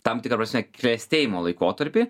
tam tikra prasme klestėjimo laikotarpį